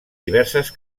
diverses